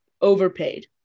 Overpaid